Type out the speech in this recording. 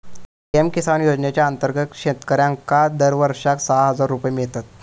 PM Kisan योजनेच्या अंतर्गत शेतकऱ्यांका दरवर्षाक सहा हजार रुपये मिळतत